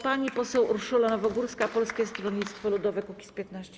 Pani poseł Urszula Nowogórska, Polskie Stronnictwo Ludowe - Kukiz15.